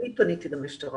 אני פניתי למשטרה.